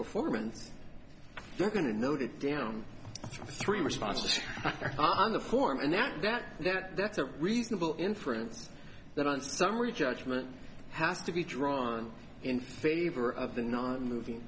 performance they're going to note it down to three responses on the form and that that that that's a reasonable inference that on summary judgment has to be drawn in favor of the nonmoving